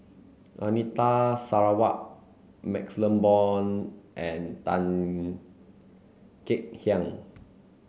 Anita Sarawak MaxLe Blond and Tan Kek Hiang